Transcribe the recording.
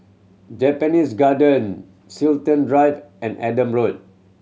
Japanese Garden Chiltern Drive and Adam Road